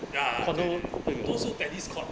ya 对对对都是 tennis court